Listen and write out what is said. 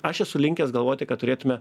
aš esu linkęs galvoti kad turėtume